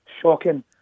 Shocking